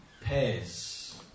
pairs